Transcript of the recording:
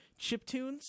chiptunes